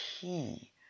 key